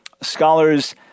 Scholars